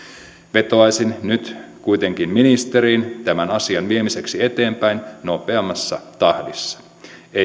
vetoaisin nyt kuitenkin ministeriin tämän asian viemiseksi eteenpäin nopeammassa tahdissa ei anneta urheilijoiden odottaa parempaa